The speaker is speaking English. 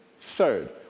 Third